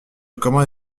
commande